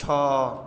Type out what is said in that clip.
ଛଅ